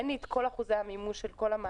אין לי את כל אחוזי המימוש של כל המענקים.